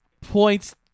points